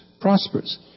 prosperous